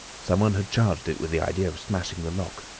someone had charged it with the idea of smashing the lock.